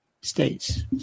states